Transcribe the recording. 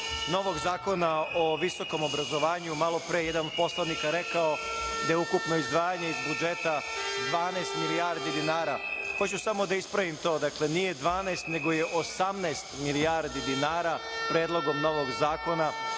novog zakona o visokom obrazovanju. Malopre je jedan poslanik rekao da je ukupno izdvajanje iz budžeta 12 milijardi dinara. Hoću samo da ispravim to, dakle, nije 12, nego 18 milijardi dinara predlogom novog zakona